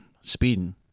speeding